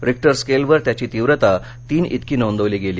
Richter स्केलवर त्याची तीव्रता तीन इतकी नोंदली गेली